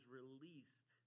released